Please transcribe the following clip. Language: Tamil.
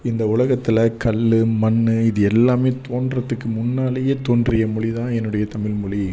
இந்த உலகத்தில் கல் மண் இது எல்லாம் தோன்றதுக்கு முன்னாலேயே தோன்றிய மொழி தான் என்னுடைய தமிழ் மொழி